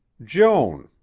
joan.